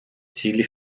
цілі